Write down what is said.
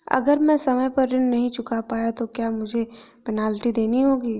अगर मैं समय पर ऋण नहीं चुका पाया तो क्या मुझे पेनल्टी देनी होगी?